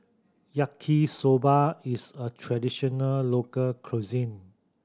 Yaki Soba is a traditional local cuisine